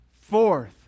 fourth